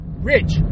rich